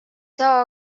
saa